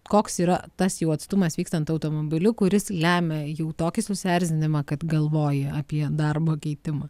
koks yra tas jau atstumas vykstant automobiliu kuris lemia jų tokį susierzinimą kad galvoji apie darbo keitimą